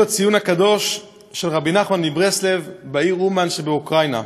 הציון הקדוש של רבי נחמן מברסלב בעיר אומן שבאוקראינה.